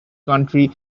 country